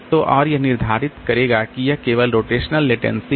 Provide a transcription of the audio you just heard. तो और यह निर्धारित करेगा कि यह केवल रोटेशनल लेटेंसी है